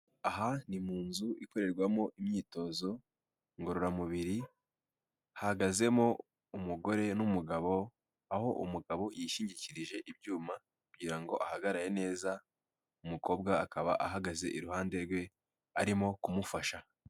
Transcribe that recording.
Aha ni mu nzu ikorerwamo imyitozo ngororamubiri, hahagazemo umugore n'umugabo, aho umugabo yishingikirije ibyuma kugira ngo ahagarare neza, umukobwa akaba ahagaze iruhande rwe arimo kumufasha.